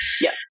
Yes